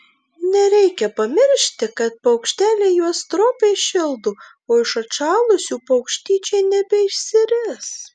nereikia pamiršti kad paukšteliai juos stropiai šildo o iš atšalusių paukštyčiai nebeišsiris